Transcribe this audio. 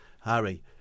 Harry